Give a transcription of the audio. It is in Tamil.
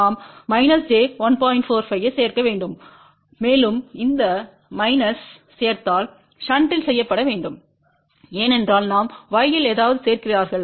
45 ஐ சேர்க்க வேண்டும் மேலும் அந்த மைனஸ் சேர்த்தல் ஷண்டில் செய்யப்பட வேண்டும் ஏனென்றால் நாம் y இல் ஏதாவது சேர்க்கிறார்கள்